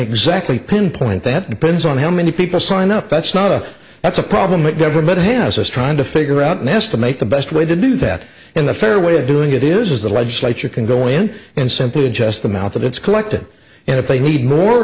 exactly pinpoint that depends on how many people sign up that's not a that's a problem with government has us trying to figure out an estimate the best way to do that in a fair way of doing it is the legislature can go in and simply adjust the amount that it's collected and if they need more